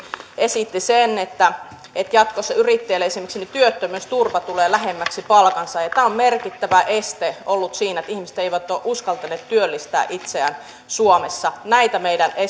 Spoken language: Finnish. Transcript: esitti että että jatkossa esimerkiksi yrittäjien työttömyysturva tulee lähemmäksi palkansaajien työttömyysturvaa tämä on merkittävä este ollut siinä että ihmiset eivät ole uskaltaneet työllistää itseään suomessa näitä